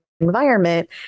environment